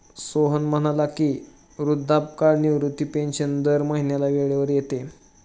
सोहन म्हणाले की, वृद्धापकाळ निवृत्ती पेन्शन दर महिन्याला वेळेवर येते